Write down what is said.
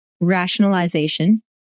rationalization